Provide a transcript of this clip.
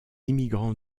immigrants